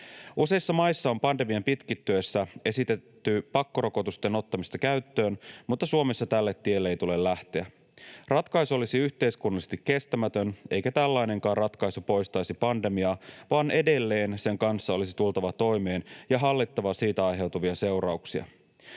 Useissa maissa on pandemian pitkittyessä esitetty pakkorokotusten ottamista käyttöön, mutta Suomessa tälle tielle ei tule lähteä. Ratkaisu olisi yhteiskunnallisesti kestämätön, eikä tällainenkaan ratkaisu poistaisi pandemiaa, vaan edelleen sen kanssa olisi tultava toimeen ja hallittava siitä aiheutuvia seurauksia.